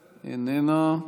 איננה,